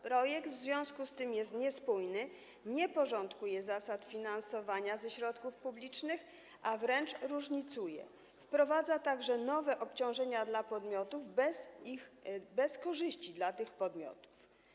Projekt w związku z tym jest niespójny, nie porządkuje zasad finansowania ze środków publicznych, a wręcz różnicuje, wprowadza także nowe obciążenia dla podmiotów bez korzyści dla tych podmiotów.